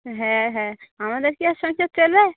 হ্যাঁ হ্যাঁ আমাদের কি আর সংসার চলবে